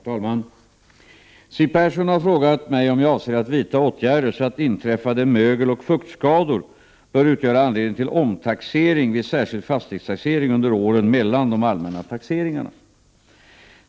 Herr talman! Siw Persson har frågat mig om jag avser att vidta åtgärder så att inträffade mögeloch fuktskador bör utgöra anledning till omtaxering vid särskild fastighetstaxering under åren mellan de allmänna taxeringarna.